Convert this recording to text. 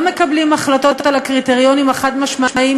לא מקבלים החלטות על הקריטריונים החד-משמעיים